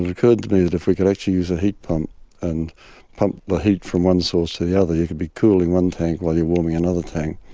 it occurred to me that if we could actually use a heat pump and pump the heat from one source to the other you could be cooling one tank while you are warming the and other tank.